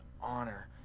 honor